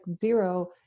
zero